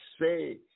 say